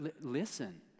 listen